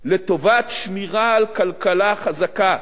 לטובת שמירה על כלכלה חזקה,